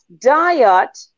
diet